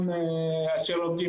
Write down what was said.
בתחום השירותים,